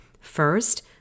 first